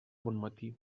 bonmatí